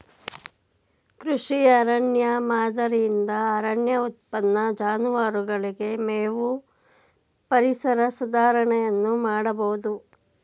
ಕೃಷಿ ಅರಣ್ಯ ಮಾದರಿಯಿಂದ ಅರಣ್ಯ ಉತ್ಪನ್ನ, ಜಾನುವಾರುಗಳಿಗೆ ಮೇವು, ಪರಿಸರ ಸುಧಾರಣೆಯನ್ನು ಮಾಡಬೋದು